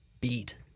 beat